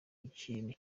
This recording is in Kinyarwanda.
ikintu